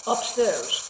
Upstairs